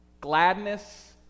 gladness